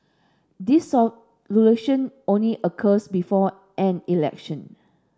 dissolution only occurs before an election